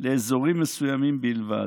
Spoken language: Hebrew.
לאזורים מסוימים בלבד.